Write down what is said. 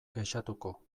kexatuko